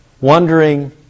wondering